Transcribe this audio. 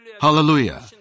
Hallelujah